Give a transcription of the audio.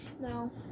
No